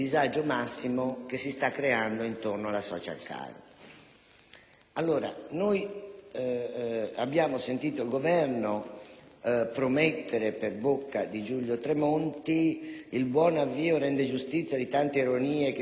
card*. Abbiamo sentito il Governo promettere per bocca di Giulio Tremonti quanto segue: «Il buon avvio rende giustizia di tante ironie che si erano sentite. La carta sarà caricata entro due giorni lavorativi».